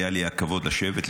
היה לי הכבוד לשבת,